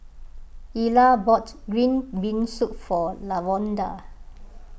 Ila bought Green Bean Soup for Lavonda